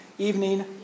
evening